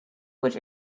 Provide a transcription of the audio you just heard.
which